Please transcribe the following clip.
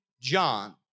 John